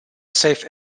safe